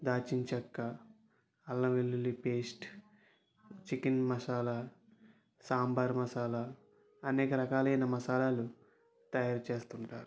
దాల్చినచెక్క అల్లంవెల్లుల్లి paste chicken masala sambar masala అనేక రకాలైనా మసాలాలు తయారు చేస్తుంటారు